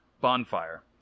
bonfire